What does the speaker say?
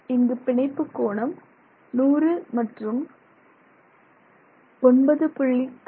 இங்கு பிணைப்பு கோணம் 100 மற்றும் 9